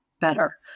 better